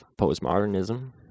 postmodernism